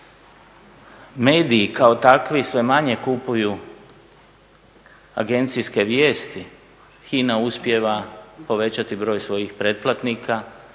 mediji kao takvi sve manje kupuju agencijske vijesti, HINA uspijeva povećati broj svojih pretplatnika,